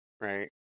right